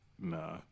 Nah